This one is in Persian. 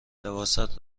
لباست